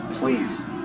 Please